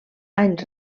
any